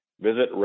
Visit